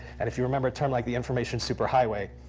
and if you remember a term like the information superhighway,